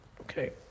Okay